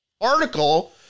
article